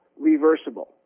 reversible